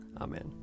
Amen